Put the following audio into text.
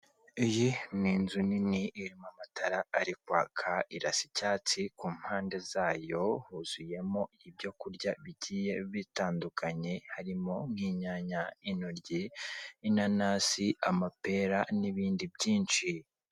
Iyi ni inzu nini irimo amatara ari kwaka irasa icyatsi ku mpande zayo, huzuyemo ibyo kurya bigiye bitandukanye, harimo nk'inyanya, intoryi, inanasi, amapera n'ibindi byinshi.